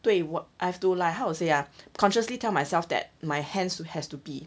对我 I've to like how to say ah consciously tell myself that my hands who has to be